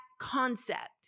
concept